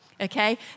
okay